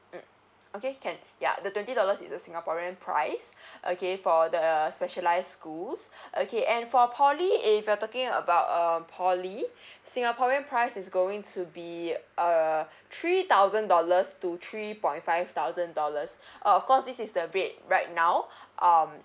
mm okay can ya the twenty dollars is a singaporean price okay for the specialise schools okay and for poly if you're talking about um poly singaporean price is going to be uh three thousand dollars to three point five thousand dollars uh of course this is the rate right now um